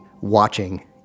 watching